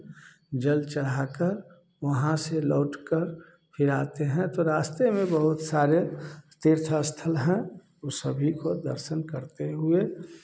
जल चढ़ाकर वहाँ से लौटकर फिर आते हैं तो रास्ते में बहुत सारे तीर्थस्थल हैं वे सभी को दर्शन करते हुए